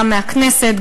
גם מהכנסת,